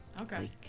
okay